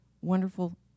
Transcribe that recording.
wonderful